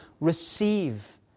receive